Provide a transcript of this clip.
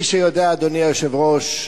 כפי שיודע אדוני היושב-ראש,